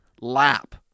lap